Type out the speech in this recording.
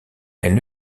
elles